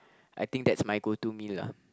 I think that's my go to meal lah